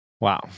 Wow